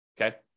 Okay